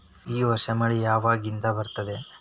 ಈ ವರ್ಷ ಮಳಿ ಯಾವಾಗಿನಿಂದ ಬರುತ್ತದೆ?